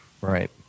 right